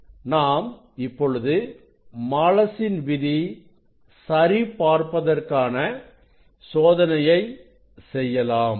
நாம் இப்பொழுது மாலசின் விதி சரி பார்ப்பதற்கான சோதனையை செய்யலாம்